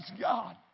God